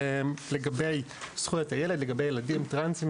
לגבי זכויות הילד ולגבי ילדים טרנסים,